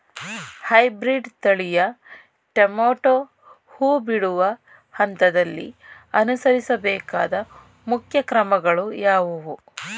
Hybrid ತಳಿಯ tomato ಹೂ ಬಿಡುವ ಹಂತದಲ್ಲಿ ಅನುಸರಿಸಬೇಕಾದ ಮುಖ್ಯ ಕ್ರಮಗಳು ಯಾವುವು?